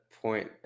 Point